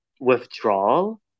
withdrawal